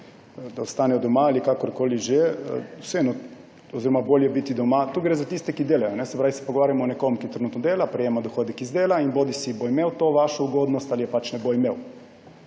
ostanejo doma ali kakorkoli že oziroma bolje je biti doma. Tu gre za tiste, ki delajo. Se pravi, da se pogovarjamo o nekom, ki trenutno dela, prejema dohodek iz dela in bodisi bo imel to vašo ugodnost ali pa je pač ne bo imel.